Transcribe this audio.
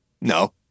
No